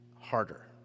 harder